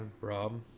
Rob